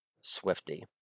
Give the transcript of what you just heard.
Swifty